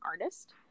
artist